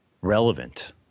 relevant